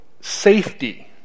Safety